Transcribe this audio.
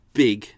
big